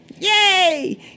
Yay